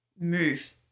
move